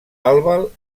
albal